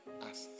ask